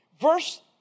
Verse